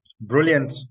brilliant